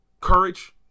courage